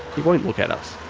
he won't look at us.